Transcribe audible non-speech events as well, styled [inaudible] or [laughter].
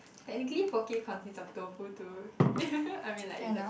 technically poke consists of tofu too [laughs] I mean like if that's